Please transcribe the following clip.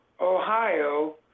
Ohio